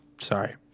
Sorry